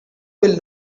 will